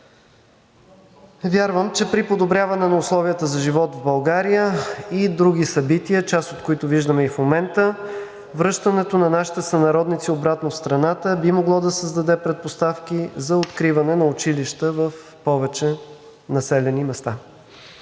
Вярвам, че при подобряване на условията за живот в България и други събития – част от които виждаме и в момента, връщането на нашите сънародници обратно в страната би могло да създаде предпоставки за откриване на училища в повече населени места.